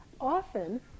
often